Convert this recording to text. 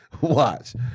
Watch